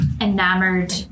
enamored